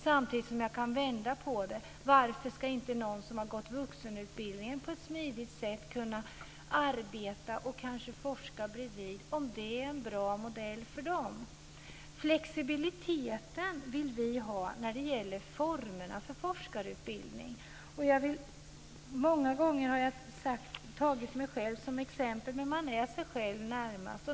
Samtidigt kan jag vända på det: Varför ska inte någon som har gått vuxenutbildningen på ett smidigt sätt kunna arbeta och kanske forska bredvid om det är en bra modell för honom eller henne? Vi vill ha flexibilitet när det gäller formerna för forskarutbildning. Många gånger har jag tagit mig själv som exempel, men man är sig själv närmast.